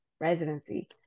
residency